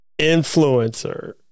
Influencer